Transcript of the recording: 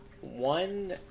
one